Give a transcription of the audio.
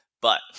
But-